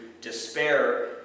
despair